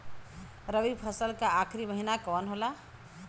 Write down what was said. रवि फसल क आखरी महीना कवन होला?